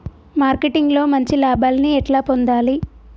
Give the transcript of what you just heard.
Marketing లో మంచి లాభాల్ని ఎట్లా పొందాలి?